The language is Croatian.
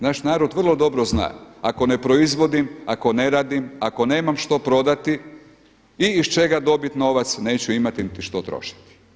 Naš narod vrlo dobro zna ako ne proizvodim, ako ne radim, ako nemam što prodati i iz čega dobit novac neću imati niti što trošiti.